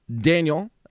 Daniel